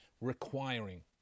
requiring